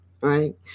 Right